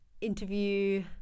interview